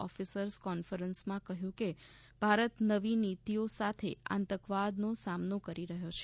ઓફિર્સસ કોન્ફરન્સમાં કહ્યું કે ભારત નવી નિતિઓ સાથે આતંકવાદનો સામનો કરી રહ્યો છે